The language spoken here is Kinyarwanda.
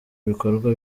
bikorwa